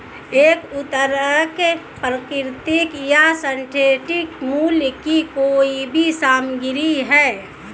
एक उर्वरक प्राकृतिक या सिंथेटिक मूल की कोई भी सामग्री है